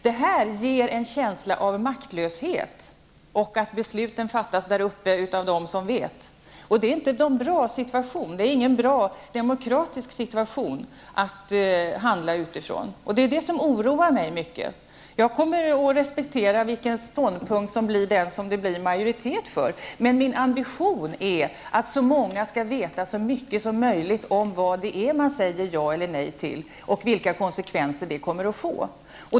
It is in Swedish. Det här ger en känsla av att man är maktlös och att besluten fattas där uppe av dem som vet. Men det är inte någon bra demokratisk situation att handla utifrån. Och det är detta som oroar mig mycket. Jag kommer att respektera den ståndpunkt som får majoritet. Men min ambition är att så många som möjligt skall veta så mycket som möjligt om vad det är man säger ja eller nej till, och vilka konsekvenser det kommer att få.